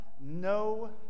no